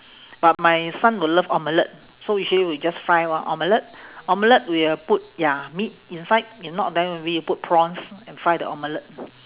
but my son would love omelette so usually we just fry one omelette omelette we will put ya meat inside if not then we put prawns and fry the omelette